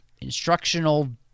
instructional